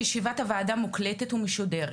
ישיבת הוועדה מוקלטת ומשודרת,